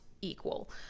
equal